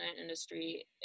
industry